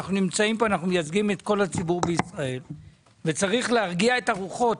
אנחנו נמצאים פה ומייצגים את כל הציבור בישראל וצריך להרגיע את הרוחות.